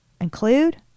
include